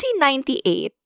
1998